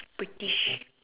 British